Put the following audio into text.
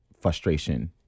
frustration